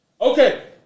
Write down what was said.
Okay